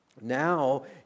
Now